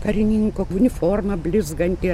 karininko uniforma blizganti